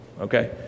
okay